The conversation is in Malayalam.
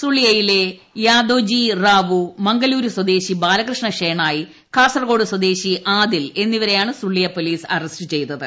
സുള്ളിയയിലെ ്യാദ്ദോജി റാവു മംഗലൂരൂ സ്വദേശി ബാലകൃഷ്ണ ഷേണായി കാസർകോഡ് സ്വദേശി ആദിൽ എന്നിവരെയാണ് സുള്ളിയു പോലീസ് അറസ്റ്റ് ചെയ്തത്